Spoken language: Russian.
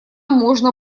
можно